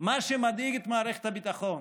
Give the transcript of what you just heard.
שמה שמדאיג את מערכת הביטחון,